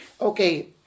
Okay